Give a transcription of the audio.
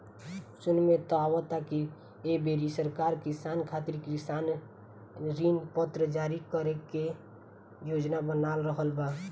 सुने में त आवता की ऐ बेरी सरकार किसान खातिर किसान ऋण पत्र जारी करे के योजना बना रहल बा